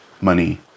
money